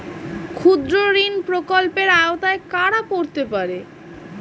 ক্ষুদ্রঋণ প্রকল্পের আওতায় কারা পড়তে পারে?